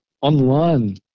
online